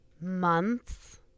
Months